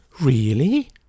Really